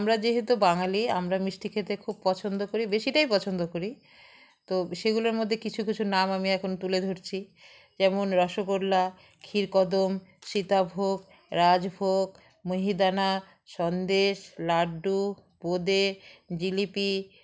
আমরা যেহেতু বাঙালি আমরা মিষ্টি খেতে খুব পছন্দ করি বেশিটাই পছন্দ করি তো সেগুলোর মধ্যে কিছু কিছু নাম আমি এখন তুলে ধরছি যেমন রসগোল্লা ক্ষীরকদম সীতাভোগ রাজভোগ মহিদানা সন্দেশ লাড্ডু বোঁদে জিলিপি